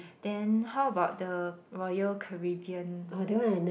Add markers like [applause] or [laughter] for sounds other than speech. then how about the Royal Caribbean [breath]